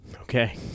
Okay